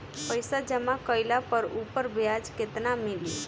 पइसा जमा कइले पर ऊपर ब्याज केतना मिली?